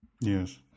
Yes